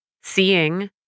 seeing